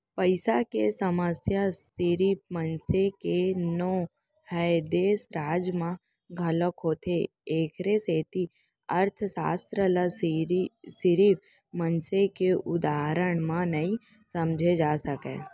पइसा के समस्या सिरिफ मनसे के नो हय, देस, राज म घलोक होथे एखरे सेती अर्थसास्त्र ल सिरिफ मनसे के उदाहरन म नइ समझे जा सकय